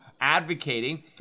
advocating